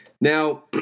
Now